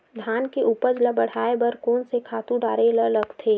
धान के उपज ल बढ़ाये बर कोन से खातु डारेल लगथे?